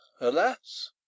alas